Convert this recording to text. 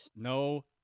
No